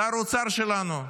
שר האוצר שלנו.